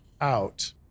Out